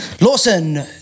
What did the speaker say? Lawson